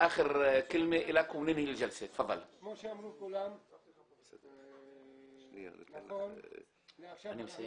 כמו שאמרו כולם, נכון לאפשר